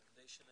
רק כדי שנבין,